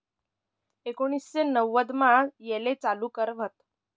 एकोनिससे नव्वदमा येले चालू कर व्हत